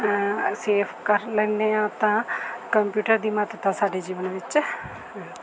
save ਕਰ ਲੈਂਦੇ ਹਾਂ ਤਾਂ ਕੰਪਿਊਟਰ ਦੀ ਮਦਦ ਦਾ ਸਾਡੇ ਜੀਵਨ ਵਿੱਚ